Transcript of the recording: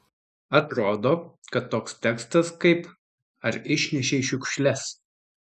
atrodo kad toks tekstas kaip ar išnešei šiukšles